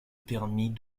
permis